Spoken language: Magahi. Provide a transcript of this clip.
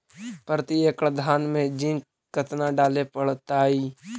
प्रती एकड़ धान मे जिंक कतना डाले पड़ताई?